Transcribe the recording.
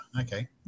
Okay